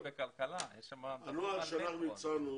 הנוהל שאנו הצענו